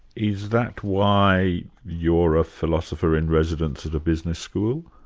is that why you're a philosopher-in-residence at a business school?